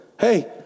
Hey